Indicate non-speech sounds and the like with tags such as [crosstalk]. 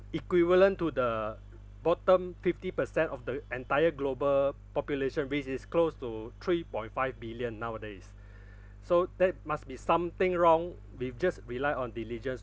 equivalent to the bottom fifty per cent of the entire global population which is close to three point five billion nowadays [breath] so that must be something wrong with just rely on diligence